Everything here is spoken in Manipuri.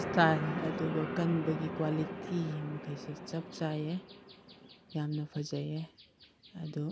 ꯏꯁꯇꯥꯏꯜ ꯑꯗꯨꯒ ꯀꯟꯕꯒꯤ ꯀ꯭ꯋꯥꯂꯤꯇꯤ ꯃꯈꯩꯁꯦ ꯆꯞ ꯆꯥꯏꯌꯦ ꯌꯥꯝꯅ ꯐꯖꯩꯌꯦ ꯑꯗꯨ